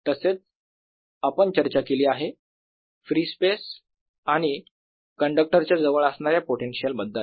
तसेच आपण चर्चा केली आहे फ्री स्पेस आणि कंडक्टर च्या जवळ असणाऱ्या पोटेन्शियल बद्दल